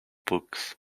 books